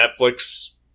Netflix